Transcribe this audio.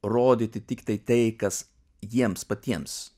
rodyti tiktai tai kas jiems patiems